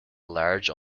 large